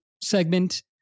segment